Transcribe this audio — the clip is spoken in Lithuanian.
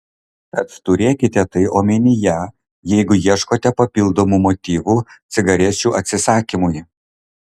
tad turėkite tai omenyje jeigu ieškote papildomų motyvų cigarečių atsisakymui